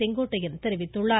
செங்கோட்டையன் தெரிவித்துள்ளார்